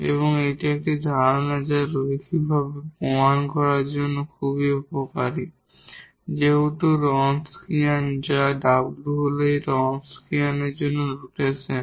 এবং একটি ধারণা যা এই লিনিয়ার স্বাধীনতাকে প্রমাণ করার জন্য খুবই উপকারী যেহেতু রনস্কিয়ান যা W হল এই রনস্কিয়ান এর জন্য নোটেশন